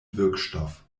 wirkstoff